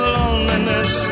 loneliness